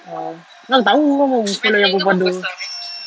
oh mana aku tahu aku ingatkan perempuan tu